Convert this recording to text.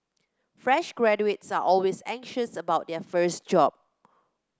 fresh graduates are always anxious about their first job